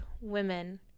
women